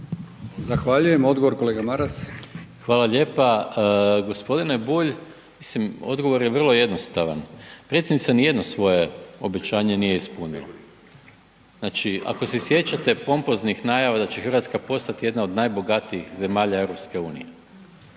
Zahvaljujem. Odgovor, kolega Maras. **Maras, Gordan (SDP)** Hvala lijepa. G. Bulj, mislim, odgovor je vrlo jednostavan. Predsjednica ni jedno svoje obećanje nije ispunila. Znači, ako se sjećate pomopoznih najava da će Hrvatska postati jedna od najbogatijih zemalja EU.